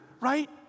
right